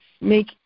make